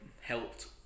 helped